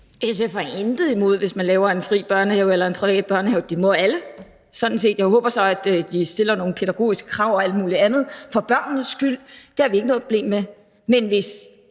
SF har intet imod det, hvis man laver en fri børnehave eller en privat børnehave. Det må alle sådan set. Jeg håber så, at de stiller nogle pædagogiske krav og alt muligt andet for børnenes skyld. Det har vi ikke noget problem med. Men hvis